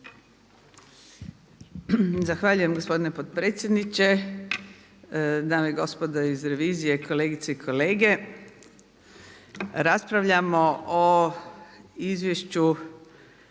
Zahvaljujem gospodine potpredsjedniče. Dame i gospodo iz revizije, kolegice i kolege. Raspravljamo o Izvješću